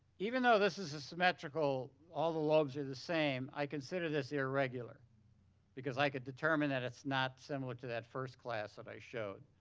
even though this is symmetrical, all the lobes are the same, i consider this irregular because i could determine that it's not similar to that first class that i showed.